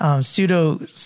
Pseudo